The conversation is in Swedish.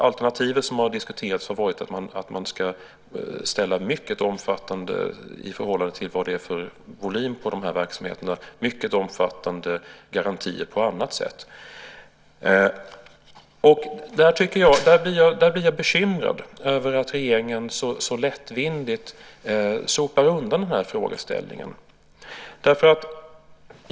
Alternativet som har diskuterats har varit att man på annat sätt ska ställa garantier som är mycket omfattande i förhållande till verksamhetens volym. Jag blir bekymrad över att regeringen så lättvindigt sopar undan frågeställningen.